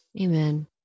Amen